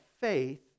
faith